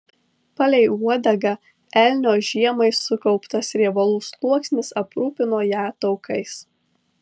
palei uodegą elnio žiemai sukauptas riebalų sluoksnis aprūpino ją taukais